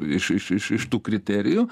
iš iš iš iš tų kriterijų